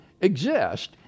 exist